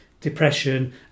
depression